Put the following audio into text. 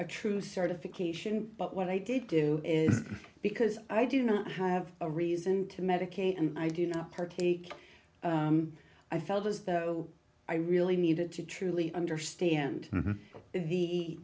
a true certification but what i did do is because i do not have a reason to medicate and i do not partake i felt as though i really needed to truly understand